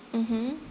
mmhmm